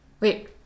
wait